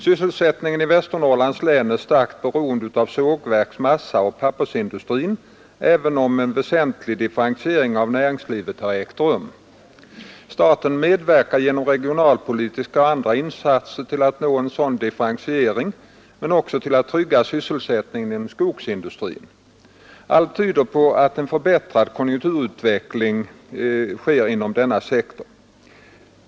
Sysselsättningen i Västernorrlands län är starkt beroende av sågverks-, massaoch pappersindustrin, även om en väsentlig differentiering av näringslivet har ägt rum. Staten medverkar genom regionalpolitiska och andra insatser till att nå en sådan differentiering men också till att trygga sysselsättningen inom skogsindustrin. Allt tyder nu på en förbättrad konjunkturutveckling inom denna sektor.